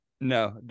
No